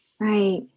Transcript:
Right